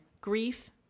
Grief